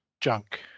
junk